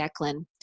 Declan